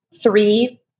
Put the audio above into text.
three